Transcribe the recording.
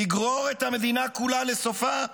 תגרור את המדינה כולה לסופה?